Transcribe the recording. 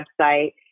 website